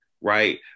right